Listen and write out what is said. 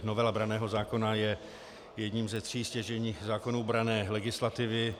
Novela branného zákona je jedním ze tří stěžejních zákonů branné legislativy.